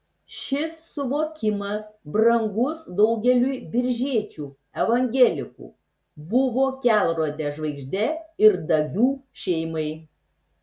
šis suvokimas brangus daugeliui biržiečių evangelikų buvo kelrode žvaigžde ir dagių šeimai